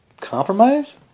Compromise